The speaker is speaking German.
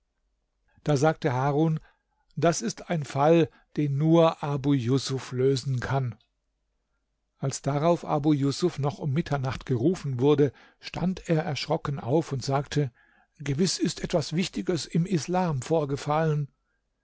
das sagte harun das ist ein fall den nur abu jusuf lösen kann als darauf abu jusuf noch um mitternacht gerufen wurde stand er erschrocken auf und sagte gewiß ist etwas wichtiges im islam vorgefallen